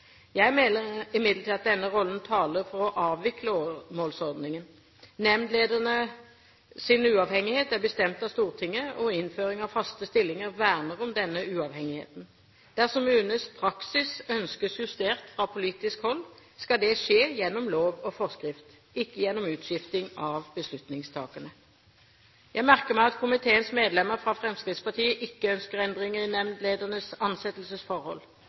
Jeg mener imidlertid at denne rollen taler for å avvikle åremålsordningen. Nemndledernes uavhengighet er bestemt av Stortinget, og innføring av faste stillinger verner om denne uavhengigheten. Dersom UNEs praksis ønskes justert fra politisk hold, skal det skje gjennom lov og forskrift – ikke gjennom utskiftning av beslutningstakerne. Jeg merker meg at komiteens medlemmer fra Fremskrittspartiet ikke ønsker endringer i nemndledernes ansettelsesforhold.